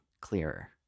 clearer